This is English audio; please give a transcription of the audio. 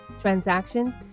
transactions